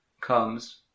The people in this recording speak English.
comes